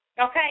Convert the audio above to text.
okay